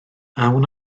awn